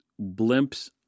blimps